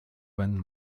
wenn